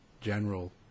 general